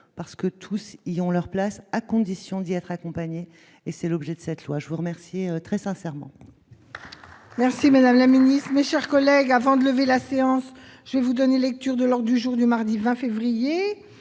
parce que tous ceux qui ont leur place à condition d'y a 3 compagnies et c'est l'objet de cette loi, je vous remercie très sincèrement. Merci, Madame la Ministre, mes chers collègues, avant de lever la séance, je vous donner lecture de lors du jour du mardi 20 février